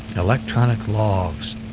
electronic logs,